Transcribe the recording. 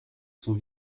sont